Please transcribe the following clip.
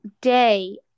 day